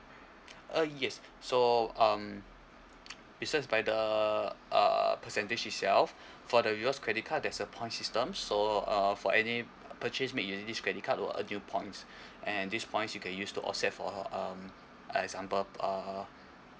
uh yes so um besides by the uh percentage itself for the rewards credit card there's a point system so uh for any purchase made in this credit card will earn new points and these points you can use to offset for um like example uh